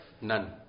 none